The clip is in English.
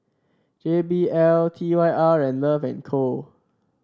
J B L T Y R and Love and Co